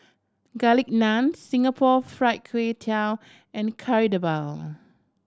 Garlic Naan Singapore Fried Kway Tiao and Kari Debal